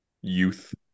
youth